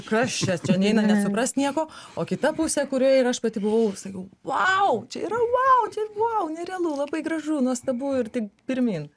kas čia čia neina net suprast nieko o kita pusė kurioj ir aš pati buvau sakiau vau čia yra vau čia vau nerealu labai gražu nuostabu ir tik pirmyn